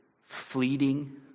fleeting